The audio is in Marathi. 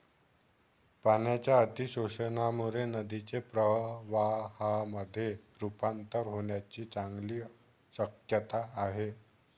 पाण्याच्या अतिशोषणामुळे नदीचे प्रवाहामध्ये रुपांतर होण्याची चांगली शक्यता आहे